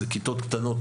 כיתות קטנות,